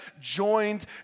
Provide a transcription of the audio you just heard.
joined